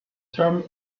term